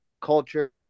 culture